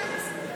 כן.